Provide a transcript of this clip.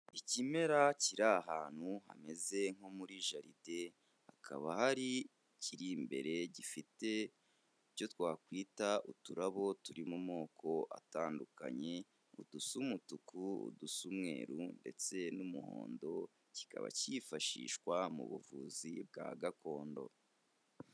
Ikimera kiri ahantu hameze nko muri jaride hakaba hari ikiri imbere gifite icyo twakwita uturabo turi mu moko atandukanye udusa umutuku, udusa umweruru ndetse n'umuhondo kikaba cyifashishwa mu buvuzi bwa gakondo.